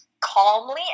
calmly